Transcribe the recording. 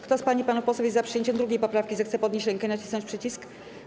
Kto z pań i panów posłów jest za przyjęciem 2. poprawki, zechce podnieść rękę i nacisnąć przycisk.